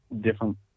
different